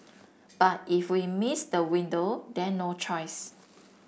but if we miss the window then no choice